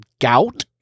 Gout